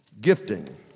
gifting